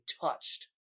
touched